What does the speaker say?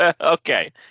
Okay